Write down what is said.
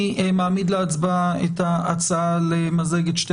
אני מעמיד להצבעה את ההצעה למזג את שתי